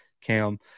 Cam